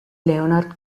leonard